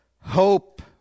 hope